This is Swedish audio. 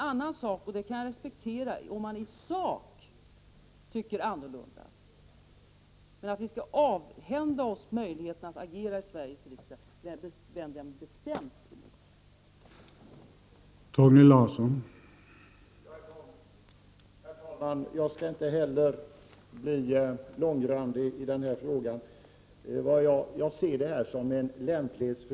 Jag kan respektera om man i sak tycker annorlunda. Men att vi skall avhända oss möjligheterna att agera i Sveriges riksdag vänder jag mig bestämt emot.